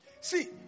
See